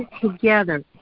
together